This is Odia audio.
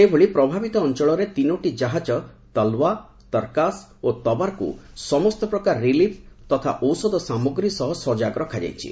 ସେହିଭଳି ପ୍ରଭାବିତ ଅଞ୍ଚଳରେ ତିନୋଟି ଜାହାକ ତଲୱା ତର୍କାସ୍ ଓ ତବାର୍କୁ ସମସ୍ତ ପ୍ରକାର ରିଲିଫ୍ ତଥା ଔଷଧ ସାମଗ୍ରୀ ସହ ସଜାଗ ରଖାଯାଇଛି